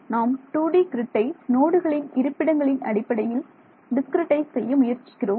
நாம் 2D கிரிட்டை நோடுகளின் இருப்பிடங்களின் அடிப்படையில் டிஸ்கிரிட்டைஸ் செய்ய முயற்சிக்கிறோம்